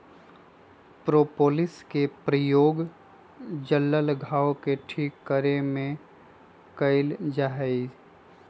propolis के प्रयोग जल्ल घाव के ठीक करे में कइल जाहई